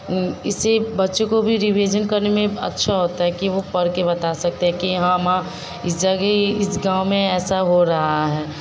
इससे बच्चों को भी रिवीजन करने में अच्छा होता है कि वे पढ़ के बता सकते हैं कि हाँ माँ इस जगह इस गाँव में ऐसा हो रहा है